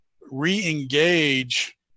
re-engage